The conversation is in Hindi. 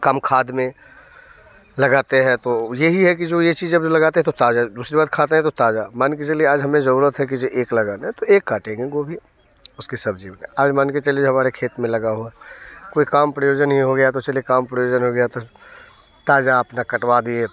कम खाद में लगाते हैं तो यही है कि जो ये चीज़ लगाते तो ताज़ा दूसरी बात खाते हैं तो ताज़ा मान के चालिए आज हमें ज़रूरत है कीजिए एक लगाना तो एक काटेंगे गोभी उसकी सब्ज़ी बनाए आज मान के चलिए हमारे खेत में लगा हुआ कोई काम प्रयोजन ही हो गया तो चलिए काम प्रयोजन हो गया तो ताज़ा अपना कटवा दिए